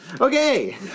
Okay